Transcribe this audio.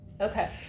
Okay